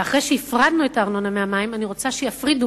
ואחרי שהפרדנו את הארנונה מהמים, אני רוצה שיפרידו